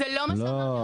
זה לא מה שאמרתי.